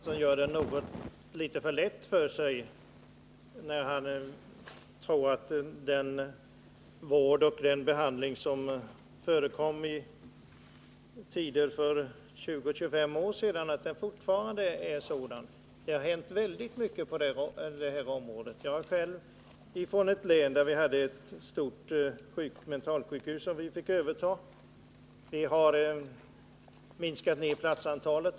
Fru talman! Jag tror för min del att Jörn Svensson gör det litet för lätt för sig när han hävdar att den vård och behandling som förekom för 20-25 år sedan fortfarande existerar. Det har hänt väldigt mycket på detta område. Jag är själv från ett län som fick överta ett stort mentalsjukhus. Där har vi undan för undan minskat platsantalet.